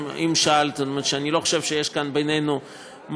אם שאלת, אני לא חושב שיש כאן בינינו מחלוקת.